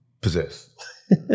possess